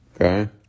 Okay